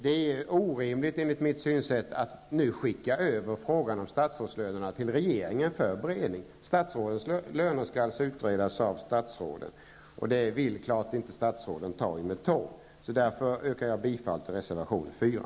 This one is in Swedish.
Enlig mitt sätt att se är det orimligt att överlåta frågan om statsrådslönerna till regeringen för beredning -- statrådens löner skall alltså utredas av statsråden själva! Det är klart att statsråden inte vill ta i den frågan, inte ens med tång. Därför yrkar jag bifall till reservation 4.